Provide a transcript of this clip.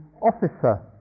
officer